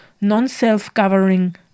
non-self-governing